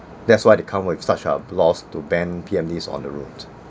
that's why they come up with such uh laws to ban P_M_Ds on the road